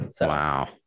Wow